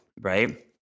right